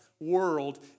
world